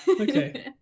Okay